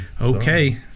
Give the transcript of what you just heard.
okay